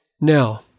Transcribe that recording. now